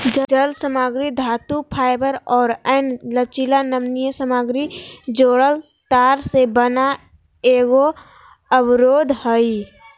जालसामग्री धातुफाइबर और अन्य लचीली नमनीय सामग्री जोड़ल तार से बना एगो अवरोध हइ